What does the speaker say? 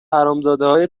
حرامزادههای